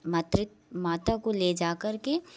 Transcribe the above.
मातृ माता को ले जा कर के